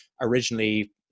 originally